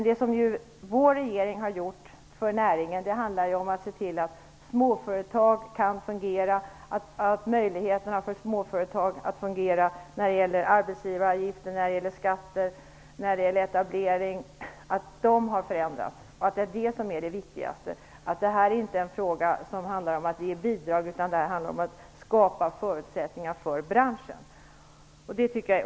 Det som den nuvarande regeringen har gjort för näringen har varit att se till att småföretag kan fungera med hjälp av förändringar i arbetsgivaravgifter, skatter och regler för etablering. Det är det viktigaste. Det handlar inte om att ge bidrag utan om att skapa förutsättningar för branschen.